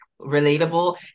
relatable